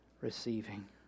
receiving